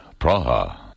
Praha